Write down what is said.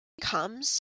comes